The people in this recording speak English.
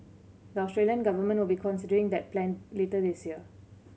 the Australian government will be considering that plan later this year